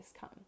come